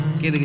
Okay